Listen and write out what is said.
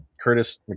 Curtis